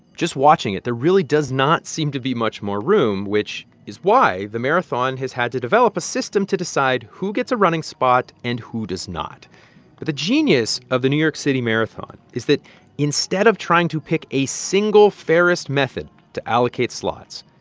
just watching it, there really does not seem to be much more room, which is why the marathon has had to develop a system to decide who gets a running spot and who does not but the genius of the new york city marathon is that instead of trying to pick a single fairest method to allocate slots,